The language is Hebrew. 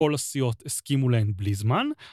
כל הסיעות הסכימו להן בלי זמן